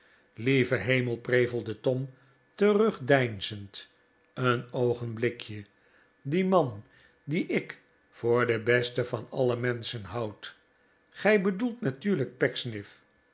lieve hemel prevelde tom terugdeinzend een oogenblikje die man dien ik voor den besten van alle menschen houd gij bedoelt natuurlijk